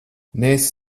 neesi